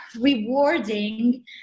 rewarding